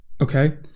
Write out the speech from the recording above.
Okay